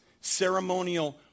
ceremonial